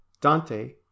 Dante